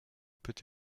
peut